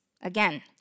Again